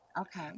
Okay